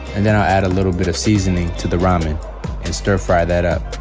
and then i'll add a little bit of seasoning to the ramen and stir-fry that up.